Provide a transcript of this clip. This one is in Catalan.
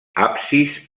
absis